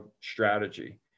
strategy